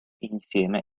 insieme